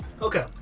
Okay